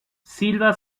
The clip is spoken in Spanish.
silva